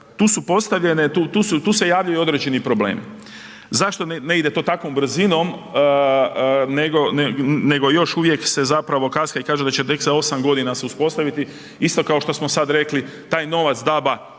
tu su postavljene, tu se javljaju određeni problemi. Zašto ne ide to takvom brzinom nego još uvijek se zapravo kaska i kaže da će tek 8 g. se uspostaviti, isto kao što smo sad rekli, taj novac DAB-a